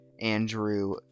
andrew